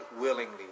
willingly